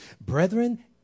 Brethren